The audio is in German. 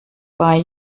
bei